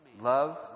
love